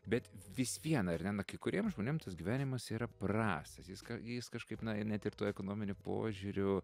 bet vis vien ar ne na kai kuriem žmonėm tas gyvenimas yra prastas jis ką jis kažkaip na net ir tuo ekonominiu požiūriu